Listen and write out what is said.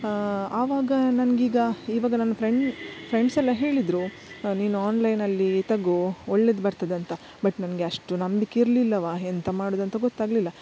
ಆವಾಗ ನನಗೀಗ ಇವಾಗ ನನ್ನ ಫ್ರೆಂಡ್ ಫ್ರೆಂಡ್ಸ್ ಎಲ್ಲ ಹೇಳಿದರು ನೀನು ಆನ್ಲೈನಲ್ಲಿ ತಗೋ ಒಳ್ಳೆದು ಬರ್ತದಂತ ಬಟ್ ನನಗೆ ಅಷ್ಟು ನಂಬಲಿಕ್ಕಿರ್ಲಿಲ್ಲವ ಎಂತ ಮಾಡೋದಂತ ಗೊತ್ತಾಗಲಿಲ್ಲ